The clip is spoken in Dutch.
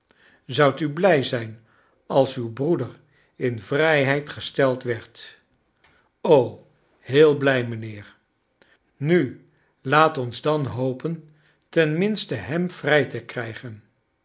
zoudt u blij zijn als uw broeder in vrijheid gesteld werd heel blij mijnheer nu laat ons dan hopen ten minste hem vrij te krijgen